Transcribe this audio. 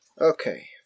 Okay